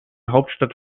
hauptstadt